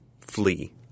flee